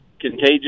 contagious